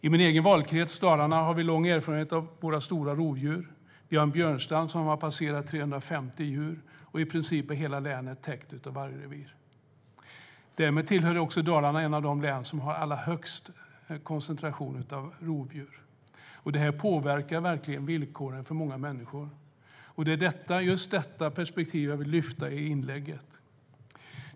I min egen valkrets Dalarna har vi lång erfarenhet av stora rovdjur. Björnstammen har passerat 350 djur, och i princip hela länet är täckt av vargrevir. Därmed är Dalarna ett av de län som har allra högst koncentration av rovdjur. Det påverkar verkligen villkoren för många människor. Det är detta perspektiv jag vill lyfta fram i mitt inlägg.